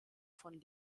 von